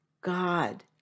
God